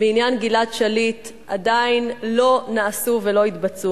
בעניין גלעד שליט עדיין לא נעשו ולא התבצעו.